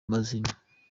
mazima